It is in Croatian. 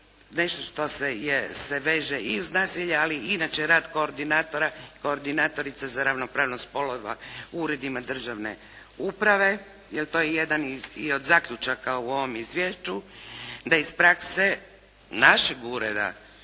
nešto što se veže i uz nasilje ali i inače rad koordinatora i koordinatorica za ravnopravnost spolovima u uredima državne uprave, jer to je jedan i od zaključaka u ovom izvješću da iz prakse našeg ureda